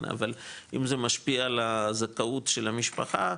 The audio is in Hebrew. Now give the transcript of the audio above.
אבל אם זה משפיע על הזכאות של המשפחה,